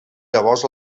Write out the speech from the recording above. llavors